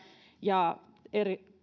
ja